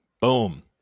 Boom